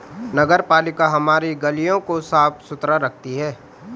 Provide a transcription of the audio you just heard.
नगरपालिका हमारी गलियों को साफ़ सुथरा रखती है